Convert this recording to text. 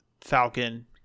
Falcon